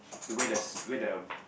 the where the where the